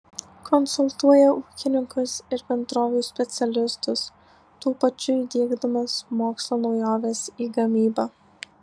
konsultuoja ūkininkus ir bendrovių specialistus tuo pačiu įdiegdamas mokslo naujoves į gamybą